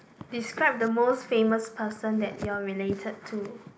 describe the most famous person that you are related to